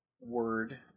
word